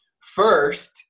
first